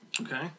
Okay